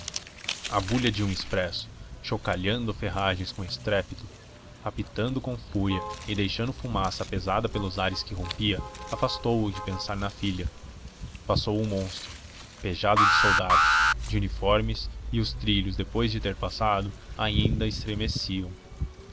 bulha de um expresso chocalhando ferragens com estrépito apitando com fúria e deixando fumaça pesada pelos ares que rompia afastou-o de pensar na filha passou o monstro pejado de soldados de uniformes e os trilhos depois de ter passado ainda estremeciam